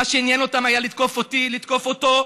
מה שעניין אותן היה לתקוף אותי, לתקוף אותו.